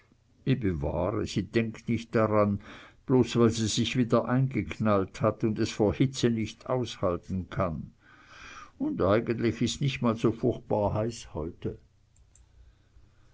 sie denkt nich dran bloß weil sie sich wieder eingeknallt hat und es vor hitze nicht aushalten kann und is eigentlich nich mal so furchtbar heiß heute